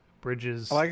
bridges